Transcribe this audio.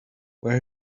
where